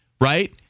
right